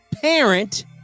parent